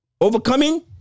overcoming